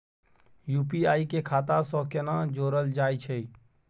UPI के खाता सं केना जोरल जाए छै?